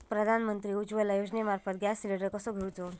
प्रधानमंत्री उज्वला योजनेमार्फत gas cylinder कसो घेऊचो?